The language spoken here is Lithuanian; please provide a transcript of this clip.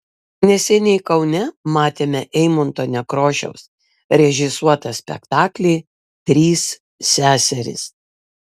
neseniai kaune matėme eimunto nekrošiaus režisuotą spektaklį trys seserys